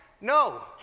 No